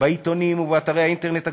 בעיתונים ובאתרי האינטרנט הגדולים,